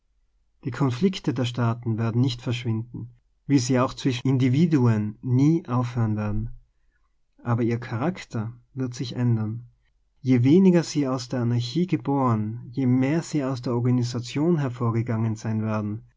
die konflikte der staaten werden nicht ver schwinden wie sie ja auch zwischen individuen nie aufhören werden aber ihr charakter wird sich ändern je weniger sie aus der anarchie geboren je mehr sie aus der organisation hervorgegangen sein werden